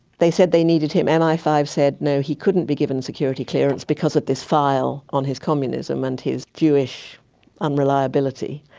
they said they needed him, m and i five said no, he couldn't be given security clearance because of this file on his communism and his jewish unreliability.